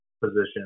position